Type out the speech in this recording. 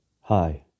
Hi